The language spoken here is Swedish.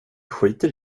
skiter